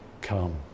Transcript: come